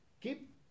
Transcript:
keep